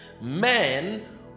Men